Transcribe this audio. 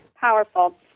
powerful